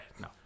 No